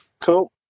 Cool